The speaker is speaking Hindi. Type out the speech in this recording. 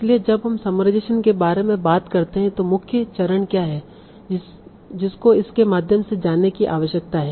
इसलिए जब हम समराइजेशेन के बारे में बात करते हैं तो मुख्य चरण क्या हैं जिसको इसके माध्यम से जाने की आवश्यकता है